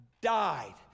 died